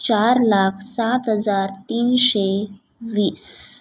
चार लाख सात हजार तीनशे वीस